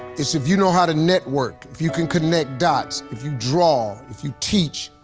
it's if you know how to network, if you can connect dots, if you draw, if you teach.